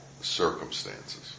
circumstances